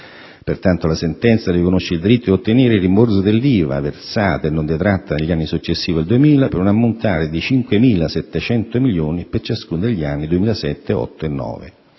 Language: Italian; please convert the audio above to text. Pertanto, la sentenza riconosce il diritto di ottenere il rimborso dell'IVA versata e non detratta negli anni successivi al 2000 per un ammontare di 5.700 milioni per ciascuno degli anni 2007, 2008 e 2009.